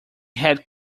had